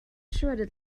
shredded